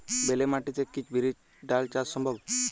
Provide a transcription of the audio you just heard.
বেলে মাটিতে কি বিরির ডাল চাষ সম্ভব?